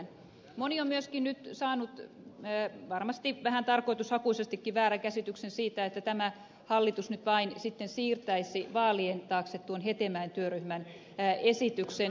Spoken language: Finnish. moni on myöskin nyt saanut varmasti vähän tarkoitushakuisestikin väärän käsityksen siitä että tämä hallitus nyt vain sitten siirtäisi vaalien taakse tuon hetemäen työryhmän esityksen toteuttamisen